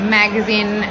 magazine